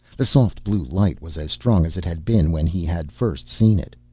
the soft blue light was as strong as it had been when he had first seen it.